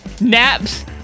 Naps